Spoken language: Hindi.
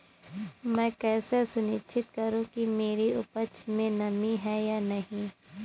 मैं कैसे सुनिश्चित करूँ कि मेरी उपज में नमी है या नहीं है?